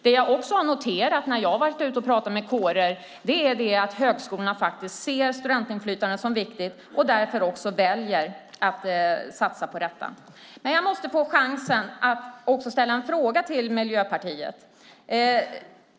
Det jag har noterat när jag pratat med kårer är att högskolorna ser studentinflytandet som viktigt och därför väljer att satsa på det. Jag måste få chansen att ställa en fråga till Miljöpartiet.